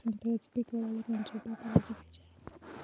संत्र्याचं पीक वाढवाले कोनचे उपाव कराच पायजे?